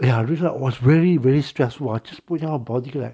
ya result was very very stressful leh 好像不同 body leh